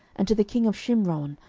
and to the king of shimron,